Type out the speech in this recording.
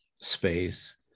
space